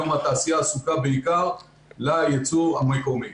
היום התעשייה עסוקה בעיקר לייצור המקומי.